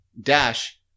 Dash